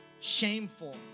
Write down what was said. Shameful